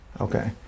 Okay